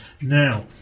now